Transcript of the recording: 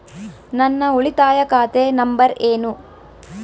ನನ್ನ ಉಳಿತಾಯ ಖಾತೆ ನಂಬರ್ ಏನು?